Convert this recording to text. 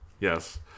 yes